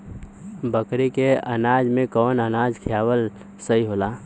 बकरी के अनाज में कवन अनाज खियावल सही होला?